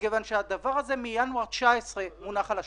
מכיוון שהדבר הזה מינואר 2019 מונח על השולחן.